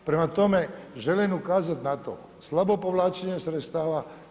Prema tome, želim ukazati na to slabo povlačenje sredstava.